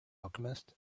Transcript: alchemist